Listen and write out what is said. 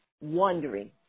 wondering